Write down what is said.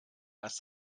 erst